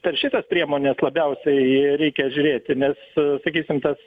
per šitas priemones labiausiai reikia žiūrėti nes sakysim tas